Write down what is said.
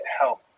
help